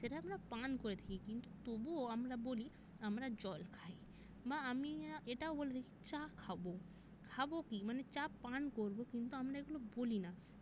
সেটা আমরা পান করে থাকি কিন্তু তবুও আমরা বলি আমরা জল খাই বা আমি এটাও বলে থাকি চা খাবো খাবো কী মানে চা পান করবো কিন্তু আমরা এগুলো বলি না